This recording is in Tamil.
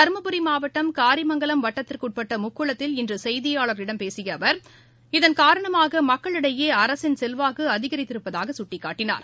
தர்மபுரி மாவட்டம் காரிமங்கலம் வட்டத்திற்குட்பட்ட முக்குளத்தில் இன்ற செய்தியாளர்களிடம் பேசிய அவர் இதன் காரணமாக மக்களிடையே அரசின் செல்வாக்கு அதிகரித்திருப்பதாக சுட்டிக்காட்டினார்